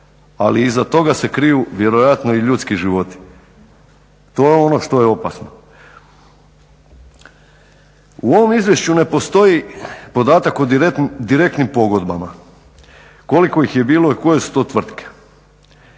Ali iza toga se kriju vjerojatno i ljudski životi, to je ono što je opasno. U ovom izvješću ne postoji podatak o direktnim pogodbama koliko ih je bilo i koje su to tvrtke.